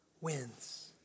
wins